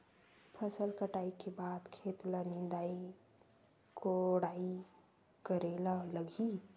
फसल कटाई के बाद खेत ल निंदाई कोडाई करेला लगही?